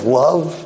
love